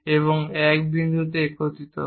এবং এক বিন্দুতে একত্রিত হয়